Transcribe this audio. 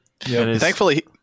Thankfully